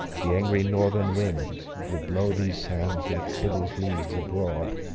the angry northern wind will blow these sands like sibyl's leaves abroad,